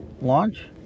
launch